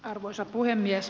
arvoisa puhemies